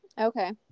Okay